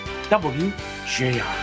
WJR